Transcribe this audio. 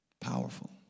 Powerful